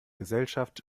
gesellschaft